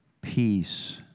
peace